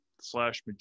slash